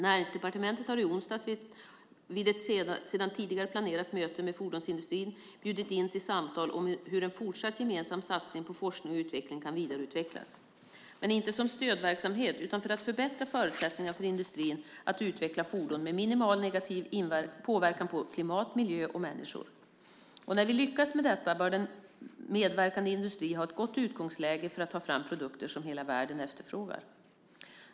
Näringsdepartementet har i onsdags, vid ett sedan tidigare planerat möte med fordonsindustrin, bjudit in till samtal om hur en fortsatt gemensam satsning på forskning och utveckling kan vidareutvecklas - men inte som stödverksamhet utan för att förbättra förutsättningarna för industrin att utveckla fordon med minimal negativ påverkan på klimat, miljö och människor. Och när vi lyckats med detta bör den medverkande industrin ha ett gott utgångsläge för att ta fram produkter som hela världen efterfrågar.